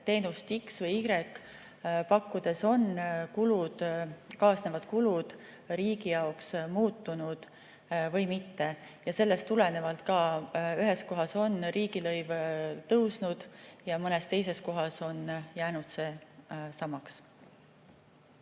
kas teenust X või Y pakkudes on kaasnevad kulud riigi jaoks muutunud või mitte. Ja sellest tulenevalt ka ühes kohas on riigilõiv tõusnud ja mõnes teises kohas on jäänud see samaks.